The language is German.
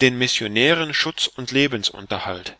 den missionären schutz und lebensunterhalt